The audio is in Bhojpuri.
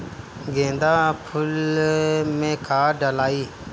गेंदा फुल मे खाद डालाई?